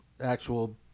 actual